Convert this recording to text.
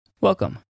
Welcome